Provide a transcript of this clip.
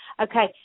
okay